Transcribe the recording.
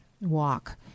walk